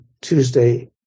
Tuesday